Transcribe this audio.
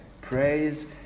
praise